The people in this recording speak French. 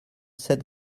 sept